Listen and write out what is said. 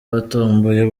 batomboye